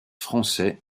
français